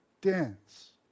dance